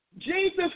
Jesus